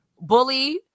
Bully